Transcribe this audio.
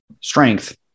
strength